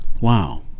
wow